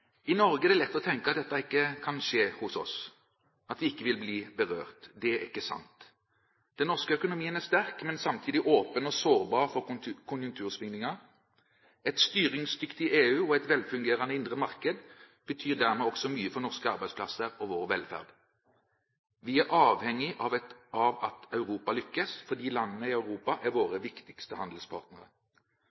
I Norge er det lett å tenke at dette ikke kan skje hos oss, at vi ikke vil bli berørt. Det er ikke sant. Den norske økonomien er sterk, men samtidig åpen og sårbar for konjunktursvingninger. Et styringsdyktig EU og et velfungerende indre marked betyr dermed også mye for norske arbeidsplasser og vår velferd. Vi er avhengig av at Europa lykkes, fordi landene i Europa er våre viktigste handelspartnere.